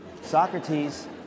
Socrates